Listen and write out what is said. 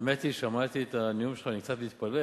האמת היא, שמעתי את הנאום שלך, ואני קצת מתפלא.